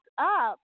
up